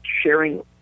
sharing